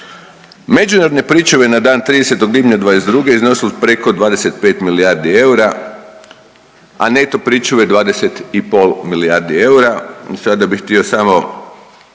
Međunarodne pričuve na dan 30. lipnja '22. iznosile su preko 25 milijardi eura, a neto pričuve 20,5 milijardi eura i sada bih htio samo